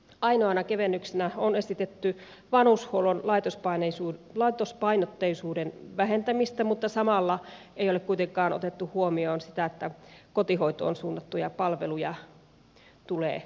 ainoana kevennyksenä on esitetty vanhushuollon laitospainotteisuuden vähentämistä mutta samalla ei ole kuitenkaan otettu huomioon sitä että kotihoitoon suunnattuja palveluja tulee lisätä